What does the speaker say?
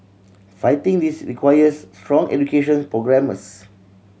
fighting this requires strong education programmes